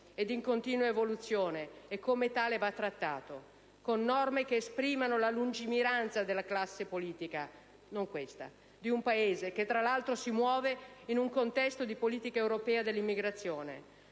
e in continua evoluzione e come tale va trattato, con norme che esprimano la lungimiranza della classe politica (non questa) di un Paese, che tra l'altro si muove in un contesto di politica europea dell'immigrazione.